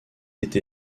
été